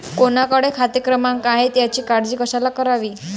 कोणाकडे खाते क्रमांक आहेत याची काळजी कशाला करावी